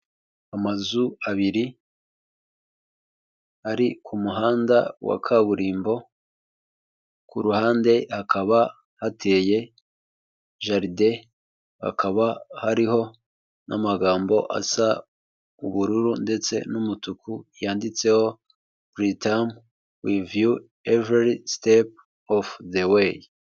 Amazu abiri ari ku muhanda wa kaburimbo, ku ruhande hakaba hateye jaride, hakaba hariho n'amagambo asa ubururu ndetse n'umutuku yanditseho buritamu wiviyu everi sitepu ofu deweyi.